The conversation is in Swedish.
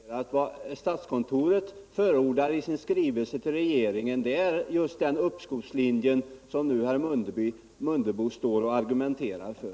Herr talman! Jag vill bara konstatera att vad statskontoret förordar i sin skrivelse till regeringen är den uppskovstlinje som herr Mundebo nu argumenterar för.